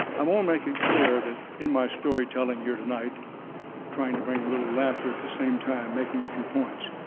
i want to make it clear that in my story telling here tonight, and trying to bring a little laughter at the same time, making a few points,